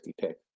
pick